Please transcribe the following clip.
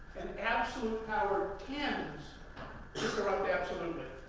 and absolute power tends to corrupt absolutely.